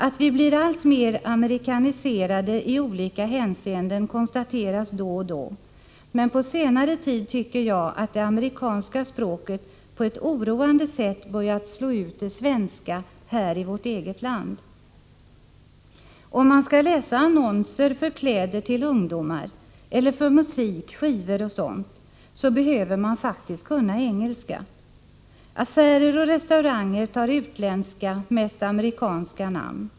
Att vi blir alltmer amerikaniserade i olika hänseenden konstateras då och då, men på senare tid tycker jag att det amerikanska språket på ett oroande sätt börjat slå ut det svenska här i vårt eget land. Om man skall läsa annonser för kläder till ungdomar eller för musik, skivor och liknande, behöver man faktiskt kunna engelska. Affärer och restauranger tar utländska, mest amerikanska, namn.